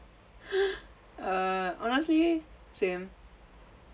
uh honestly same